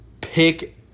pick